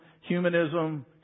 humanism